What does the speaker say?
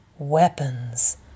Weapons